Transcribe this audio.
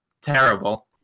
terrible